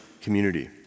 community